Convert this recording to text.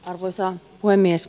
arvoisa puhemies